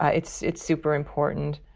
ah it's it's super important.